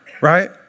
Right